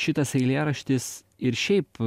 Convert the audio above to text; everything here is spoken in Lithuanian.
šitas eilėraštis ir šiaip